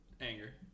anger